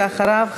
ואחריו,